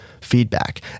feedback